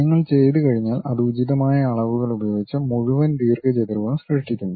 നിങ്ങൾ ചെയ്തുകഴിഞ്ഞാൽ അത് ഉചിതമായ അളവുകൾ ഉപയോഗിച്ച് മുഴുവൻ ദീർഘചതുരവും സൃഷ്ടിക്കുന്നു